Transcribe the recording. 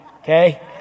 okay